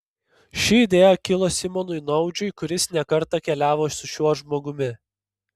ši idėja kilo simonui naudžiui kuris ne kartą keliavo su šiuo žmogumi